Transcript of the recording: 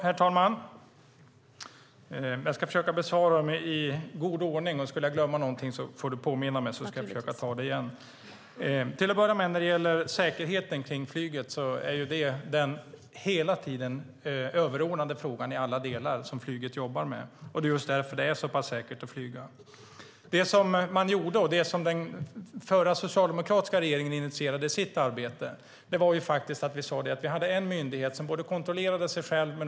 Herr talman! Jag ska försöka besvara frågorna i god ordning. Skulle jag glömma någonting får du påminna mig, Annika Lillemets, så ska jag försöka ta det igen. Säkerheten kring flyget är den hela tiden överordnade frågan i alla delar som flyget jobbar med. Det är just därför som det är så pass säkert att flyga. Tidigare hade vi en myndighet som bedrev verksamheten och kontrollerade sig själv.